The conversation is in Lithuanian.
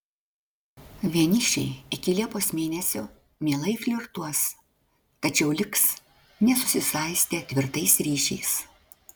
vienišiai iki liepos mėnesio mielai flirtuos tačiau liks nesusisaistę tvirtais ryšiais